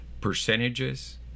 percentages